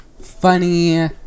funny